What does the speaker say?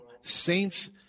Saints